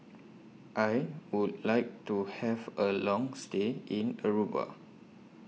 I Would like to Have A Long stay in Aruba